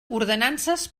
ordenances